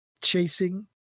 chasing